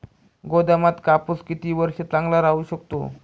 गोदामात कापूस किती वर्ष चांगला राहू शकतो?